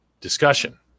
discussion